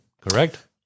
correct